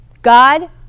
God